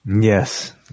Yes